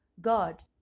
God